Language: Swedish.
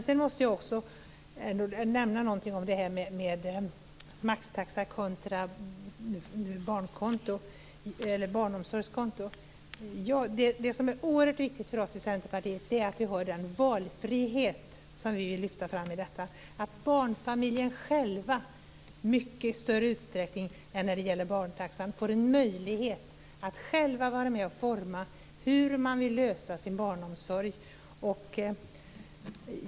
Sedan måste jag säga några ord om detta med maxtaxa kontra barnomsorgskonto. Oerhört viktigt för oss i Centerpartiet är att ha den valfrihet som vi lyfter fram - att barnfamiljen i mycket större utsträckning än när det gäller barntaxan får en möjlighet att själv vara med och forma hur man vill lösa sin barnomsorg.